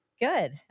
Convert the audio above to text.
Good